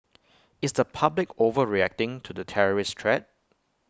is the public overreacting to the terrorist threat